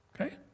Okay